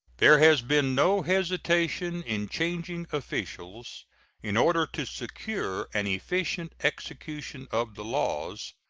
there has been no hesitation in changing officials in order to secure an efficient execution of the laws,